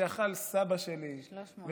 שאכל סבא שלי, 300 שנה.